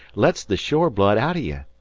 lets the shore blood outer you.